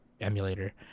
emulator